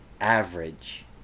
average